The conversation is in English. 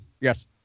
Yes